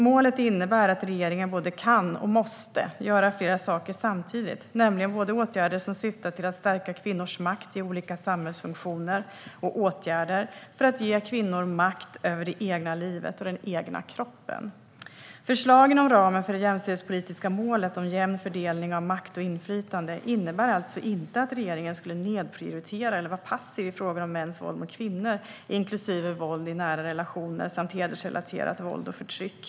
Målet innebär att regeringen både kan och måste göra flera saker samtidigt, nämligen både åtgärder som syftar till att stärka kvinnors makt i olika samhällsfunktioner och åtgärder som syftar till att ge kvinnor makt över det egna livet och den egna kroppen. Förslag inom ramen för det jämställdhetspolitiska målet om jämn fördelning av makt och inflytande innebär alltså inte att regeringen skulle nedprioritera eller vara passiv i frågor om mäns våld mot kvinnor, inklusive våld i nära relationer samt hedersrelaterat våld och förtryck.